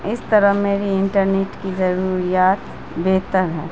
اس طرح میری انٹرنیٹ کی ضروریات بہتر ہے